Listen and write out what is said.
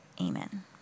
Amen